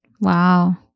wow